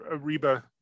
Reba